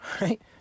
right